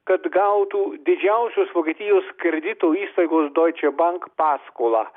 kad gautų didžiausios vokietijos kredito įstaigos doiče bank paskolą